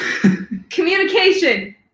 communication